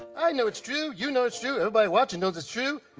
i know it's true. you know it's true. everybody watchin' knows it's true.